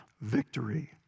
victory